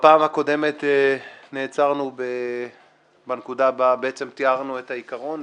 בפעם הקודמת נעצרנו בנקודה הבאה שתיארנו את העיקרון.